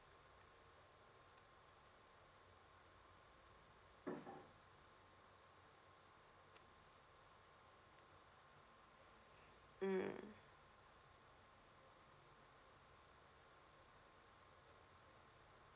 mm